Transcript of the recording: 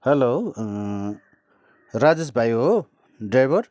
hello Rajesh भाइ हो driver